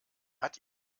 hat